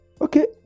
Okay